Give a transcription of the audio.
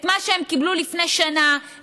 את מה שהם קיבלו לפני שנה,